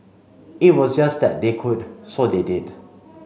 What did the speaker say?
it was just that they could so they did